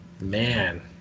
Man